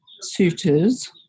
suitors